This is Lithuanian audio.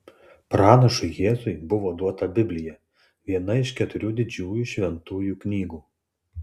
pranašui jėzui buvo duota biblija viena iš keturių didžiųjų šventųjų knygų